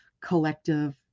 collective